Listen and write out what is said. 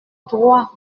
droit